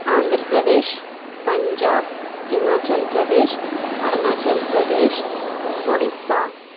Andhra Pradesh Punjab Himachal Pradesh Arunachal Pradesh Orissa